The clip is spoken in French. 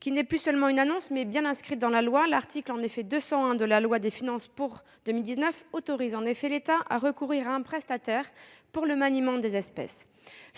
n'est plus seulement une annonce, elle est bien inscrite dans la loi. En effet, l'article 201 de la loi de finances pour 2019 autorise l'État à recourir à un prestataire pour le maniement des espèces.